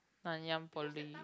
Nanyang Poly